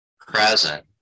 present